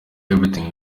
everything